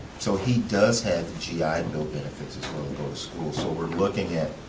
so he does have g i bill benefits go to school, so we're looking at,